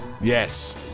Yes